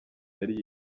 yari